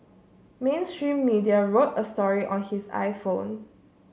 mainstream media wrote a story on his I Phone